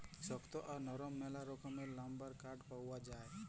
শক্ত আর লরম ম্যালা রকমের লাম্বার কাঠ পাউয়া যায়